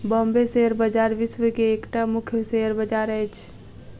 Bombay share बजार विश्व के एकटा मुख्य शेयर बजार अछि